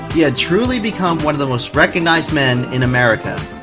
he had truly become one of the most recognized men in america.